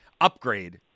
upgrade